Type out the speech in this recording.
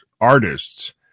artists